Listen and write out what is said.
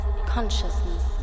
consciousness